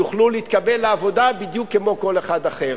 יוכלו להתקבל לעבודה בדיוק כמו כל אחד אחר.